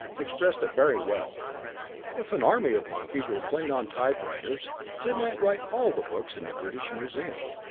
expressed it very well if an army of monkeys were playing on typewriters they might write all the books in the british museum.